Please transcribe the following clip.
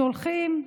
שהולכים,